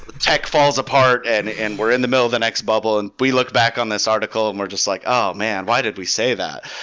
tech falls apart and and we're in the middle of the next bubble and we looked back on this article and we're just like, oh, man! why did we say that?